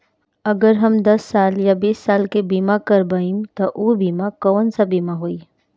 अगर हम दस साल या बिस साल के बिमा करबइम त ऊ बिमा कौन सा बिमा होई?